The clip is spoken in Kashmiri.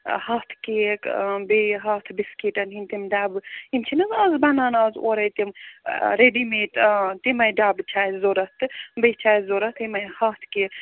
ہتھ کیک بیٚیہِ ہتھ بِسکیٖٹن ہِنٛدۍ تِم ڈابہٕ یِم چھِنَہ حظ بنانا حظ اورے تِمے ریٚڈی میڈ تِمَے ڈبہٕ چھِ اَسہِ ضوٚرَتھ تہِ بیٚیہِ چھِ اَسہِ ضوٚرَتھ یِمَے ہتھ کہِ